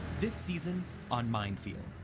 this season on mind field.